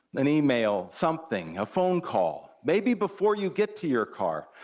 an email, something, a phone call, maybe before you get to your car,